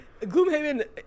Gloomhaven